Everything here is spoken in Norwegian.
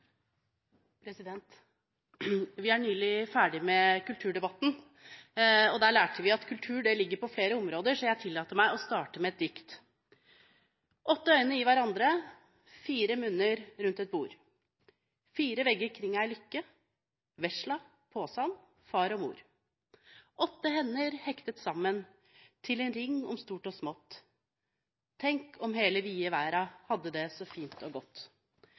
sete. Vi er nylig ferdig med kulturdebatten, og av den lærte vi at kultur ligger på flere områder, så jeg tillater meg å starte med et dikt: «Åtte øyne i hverandre. Fire munner rundt et bord. Fire vegger kring en lykke: Vesla, Påsan, far og mor. Åtte hender hektet sammen til en ring om stort og smått. Herregud – om hele vide verden hadde det så godt.»